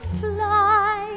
fly